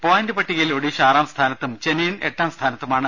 point പട്ടികയിൽ ഒഡീഷ ആറാം സ്ഥാനത്തും ചെന്നൈയിൻ എട്ടാംസ്ഥാനത്തുമാണ്